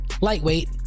lightweight